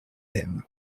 him